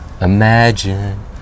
imagine